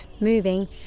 moving